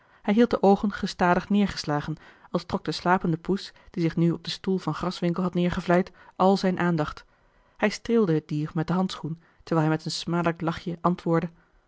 hij hield de oogen gestadig neêrgeslagen als trok de slapende poes die zich nu op den stoel van graswinckel had neêrgevleid al zijne aandacht hij streelde het dier met den handschoen terwijl hij met een smadelijk lachje antwoordde